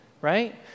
right